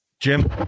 Jim